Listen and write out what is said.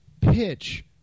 pitch